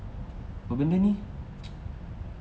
apa benda ni